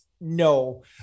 No